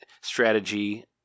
strategy